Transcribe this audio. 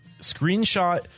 Screenshot